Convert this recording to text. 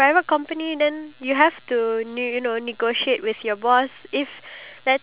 when you yourself know that your job is based on the amount of time and effort that you put in